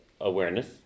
awareness